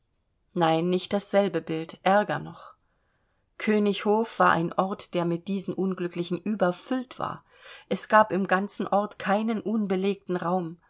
nein nicht dasselbe bild ärger noch königinhof war ein ort der mit diesen unglücklichen überfüllt war es gab im ganzen ort keinen unbelegten raum